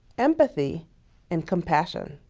empathy and compassion.